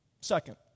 Second